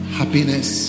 happiness